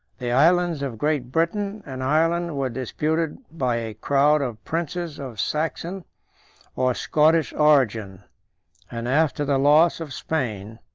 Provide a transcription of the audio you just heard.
the islands of great britain and ireland were disputed by a crowd of princes of saxon or scottish origin and, after the loss of spain,